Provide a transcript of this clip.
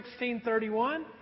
16.31